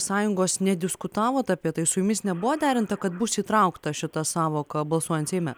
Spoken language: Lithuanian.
sąjungos nediskutavot apie tai su jumis nebuvo derinta kad bus įtraukta šita sąvoka balsuojant seime